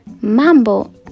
Mambo